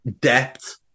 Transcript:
depth